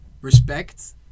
respect